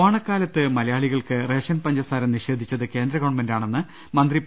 ഓണക്കാലത്ത് മലയാളികൾക്ക് റേഷൻ പഞ്ചസാര നിഷേ ധിച്ചത് കേന്ദ്ര ഗവൺമെന്റാണെന്ന് മന്ത്രി പി